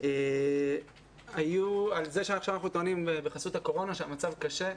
על כך שעכשיו אנחנו טוענים בחסות הקורונה שהמצב קשה.